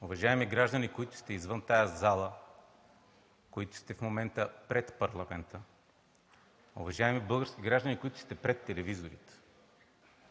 уважаеми граждани, които сте извън тази зала, които сте в момента пред парламента, уважаеми български граждани, които сте пред телевизорите